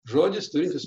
žodis turintis